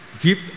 Give